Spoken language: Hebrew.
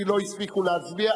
כי לא הספיקו להצביע.